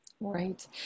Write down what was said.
Right